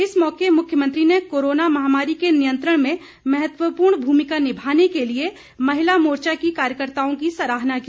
इस मौके मुख्यमंत्री ने कोरोना महामारी के नियंत्रण में महत्वपूर्ण भूमिका निभाने के लिए महिला मोर्चा की कार्यकर्ताओं की सराहना की